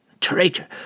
Traitor